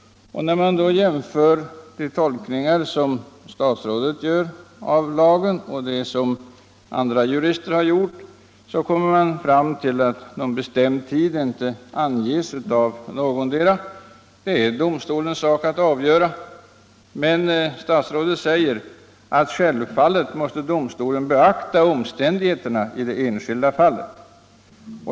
Varken i statsrådets tolkning av lagen eller i de tolkningar som andra jurister gjort anges någon bestämd tid. Det är domstolens sak att avgöra tidsfristens längd. Statsrådet säger att domstolen självfallet måste beakta omständigheterna i det enskilda fallet.